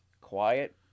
quiet